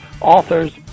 authors